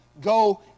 go